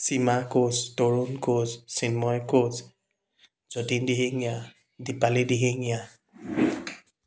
Seema Koch Tarun Koch Chinmoy Koch Jatin Dihingia Dipali Dihingia